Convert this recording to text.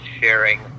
sharing